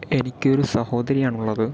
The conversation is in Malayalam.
എനിക്കൊരു സഹോദരിയാണുള്ളത്